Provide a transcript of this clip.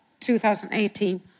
2018